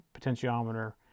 potentiometer